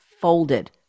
folded